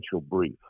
brief